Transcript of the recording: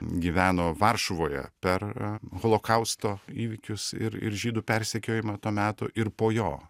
gyveno varšuvoje per holokausto įvykius ir ir žydų persekiojimą to meto ir po jo